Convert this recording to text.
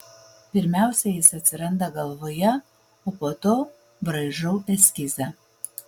pirmiausia jis atsiranda galvoje o po to braižau eskizą